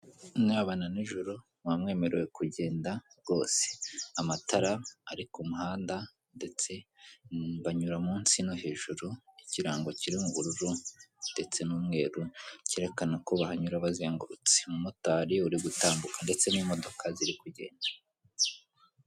Mwabana nijoro mwaba mwemerewe kugenda rwose amatara ari ku muhanda ndetse banyura munsi no hejuru ikirango kiri m'ubururu ndetse n'umweru cyerekana ko bahanyura babanje kuzenguruka umumotari uri gutambuka ndetse n'imodoka ziri kugenda.